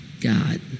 God